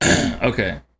Okay